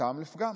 טעם לפגם.